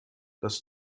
das